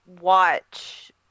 watch